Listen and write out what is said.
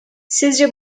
sizce